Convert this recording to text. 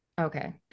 Okay